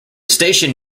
station